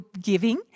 giving